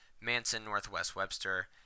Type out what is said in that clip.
Manson-Northwest-Webster